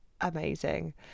amazing